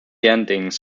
endings